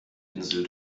insel